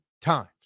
times